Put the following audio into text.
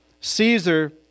Caesar